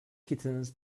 kittens